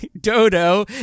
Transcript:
Dodo